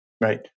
right